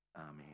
Amen